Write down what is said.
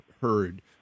heard